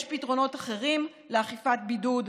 יש פתרונות אחרים לאכיפת בידוד,